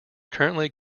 currently